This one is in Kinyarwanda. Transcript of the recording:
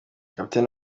kapiteni